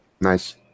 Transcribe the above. Nice